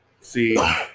See